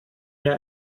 mir